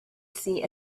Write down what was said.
see